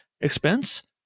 expense